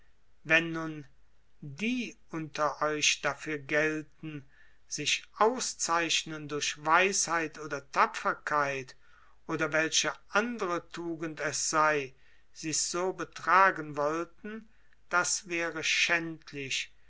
wenn nun die unter euch dafür gelten sich auszuzeichnen durch weisheit oder tapferkeit oder welche andere tugend es sei sich so betragen wollten das wäre schändlich